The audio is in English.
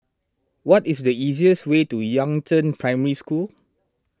what is the easiest way to Yangzheng Primary School